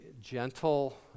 gentle